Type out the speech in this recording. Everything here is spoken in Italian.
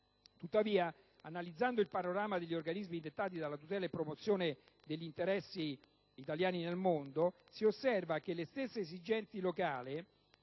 Tuttavia, analizzando il panorama degli organismi dettati alla tutela e promozione degli interessi italiani nel mondo, si osserva che le stesse esigenze locali